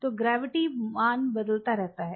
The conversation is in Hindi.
तो ग्रेविटी मान बदलता रहता है